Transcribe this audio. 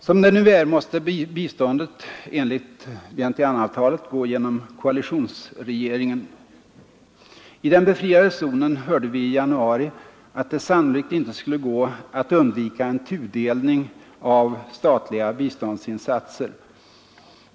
Som det nu är måste biståndet enligt Vientianeavtalet gå genom koalitionsregeringen. I den befriade zonen hörde vi i januari att det sannolikt inte skulle vara möjligt att undvika en tudelning av statliga biståndsinsatser.